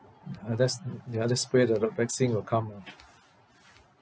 uh let's ya just pray that the vaccine will come ah